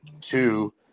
Two